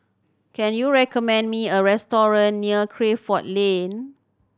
can you recommend me a restaurant near Crawford Lane